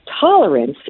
Tolerance